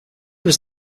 was